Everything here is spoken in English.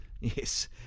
yes